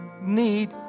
need